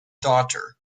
daughter